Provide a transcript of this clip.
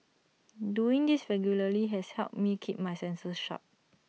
doing this regularly has helped me keep my senses sharp